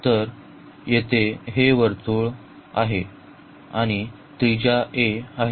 तर येथे हे वर्तुळ आहे आणि त्रिज्या a आहे